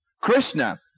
Krishna